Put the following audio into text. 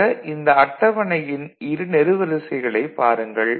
ஆக இந்த அட்டவணையின் இரு நெடுவரிசைகளைப் பாருங்கள்